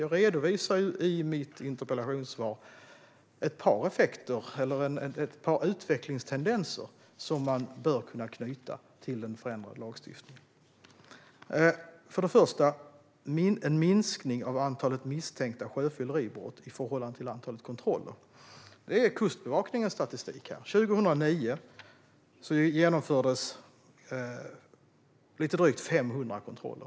Jag redovisar i mitt interpellationssvar ett par utvecklingstendenser som man bör kunna knyta till den förändrade lagstiftningen. Först och främst: Det har skett en minskning av antalet misstänkta sjöfylleribrott i förhållande till antalet kontroller, enligt Kustbevakningens statistik. År 2009 genomfördes lite drygt 500 kontroller.